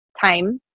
time